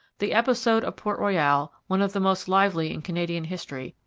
the episode of port royal, one of the most lively in canadian history,